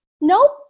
Nope